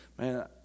man